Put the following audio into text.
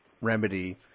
remedy